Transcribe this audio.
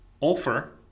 offer